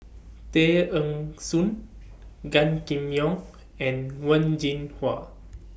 Tay Eng Soon Gan Kim Yong and Wen Jinhua